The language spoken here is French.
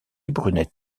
brunet